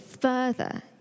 further